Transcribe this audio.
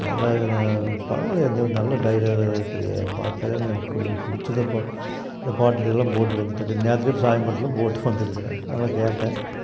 நல்லா இது பரவாயில்லியே இந்த நல்ல டிரைவரராக இருக்கிறியே பார்த்தாலே எனக்கு பிடி நீ பிடிச்சிதப்பா இந்த பாட்டு கீட்டெலாம் போட்டு வந்துகிட்ருக்க நேரத்திலே சாமி பாட்டெலாம் போட்டு வந்திருக்கற நல்லா கேட்டேன்